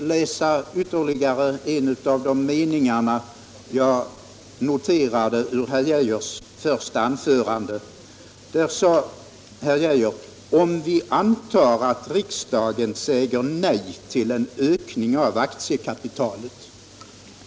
läsa upp ytterligare en passus som jag noterade ur herr Geijers första anförande. Herr Geijer sade: Om vi antar att riksdagen säger nej till en ökning av aktiekapitalet etc.